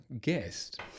guest